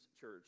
church